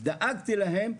דאגתי להם,